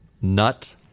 nut